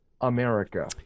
america